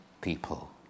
people